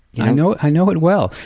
i know i know it well.